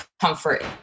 comfort